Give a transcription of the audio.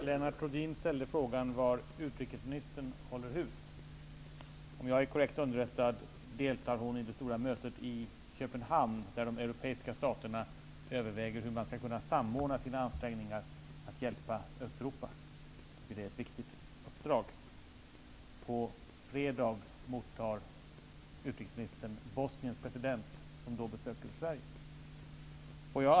Herr talman! Lennart Rohdin frågade var utrikesministern håller hus. Hon deltar, om jag är korrekt underrättad, i det stora möte i Köpenhamn där de europeiska staterna överväger hur man skall kunna samordna sina ansträngningar när det gäller att hjälpa Östeuropa. Det är ett viktigt uppdrag. På fredag mottar utrikesministern Bosniens president, som då besöker Sverige. Herr talman!